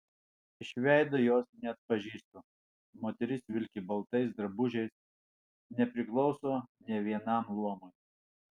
iš veido jos neatpažįstu moteris vilki baltais drabužiais nepriklauso nė vienam luomui